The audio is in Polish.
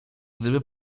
gdyby